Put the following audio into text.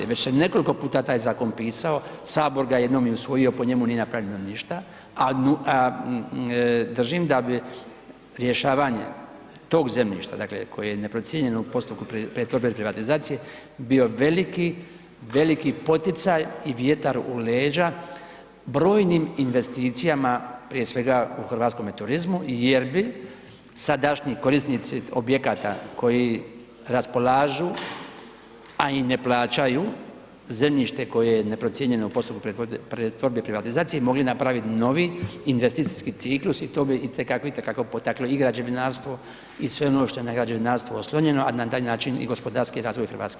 Već se nekoliko puta taj zakon pisao, sabor ga je jednom i usvojio, po njemu nije napravljeno ništa, a držim da bi rješavanje tog zemljišta, dakle koje je neprocijenjeno u postupku pretvorbe ili privatizacije bio veliki, veliki poticaj i vjetar u leđa brojnim investicijama prije svega u hrvatskome turizmu jer bi sadašnji korisnici objekata koji raspolažu, a i ne plaćaju zemljište koje je neprocijenjeno u postupku pretvorbe i privatizacije mogli napraviti novi investicijski ciklus i to bi i te kako, i te kako potaklo i građevinarstvo i sve ono što je na građevinarstvo oslonjeno, a na taj način i gospodarski razvoj Hrvatske.